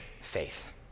faith